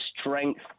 strength